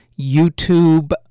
YouTube